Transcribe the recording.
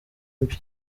mbi